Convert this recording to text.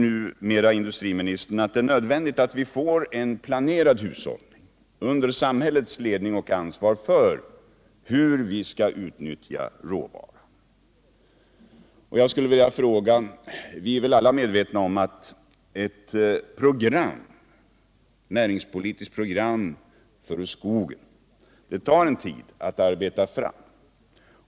Eller inser industriministern numera att det är nödvändigt att vi Måndagen den får en planerad hushållning under samhällets ledning och ansvar för hur vi 3 april 1978 skall utnyttja råvaran? Vi är väl alla medvetna om att det tar tid att arbeta fram ett näringspolitiskt program för skogan.